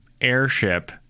airship